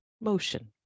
motion